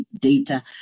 data